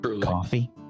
Coffee